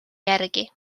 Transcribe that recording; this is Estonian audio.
järgi